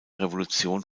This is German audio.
revolution